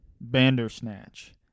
Bandersnatch